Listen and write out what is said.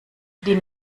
die